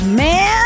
man